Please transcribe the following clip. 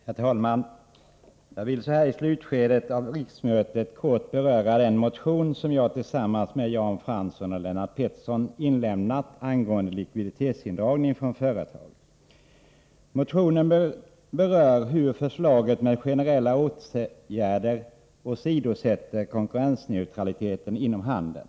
Herr talman! Jag vill så här i slutskedet av riksmötet kort beröra den motion som jag tillsammans med Jan Fransson och Lennart Pettersson inlämnat angående likviditetsindragning från företag. Motionen berör hur förslaget med generella åtgärder åsidosätter konkurrensneutraliteten inom handeln.